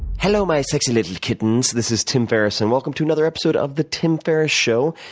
hello, my sexy little kittens. this is tim ferriss, and welcome to another episode of the tim ferriss show,